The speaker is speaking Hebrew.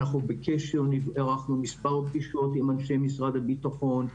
אנחנו בקשר וערכנו מספר פגישות עם אנשי משרד הביטחון.